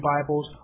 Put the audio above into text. Bibles